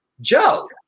Joe